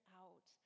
out